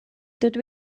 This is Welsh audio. dydw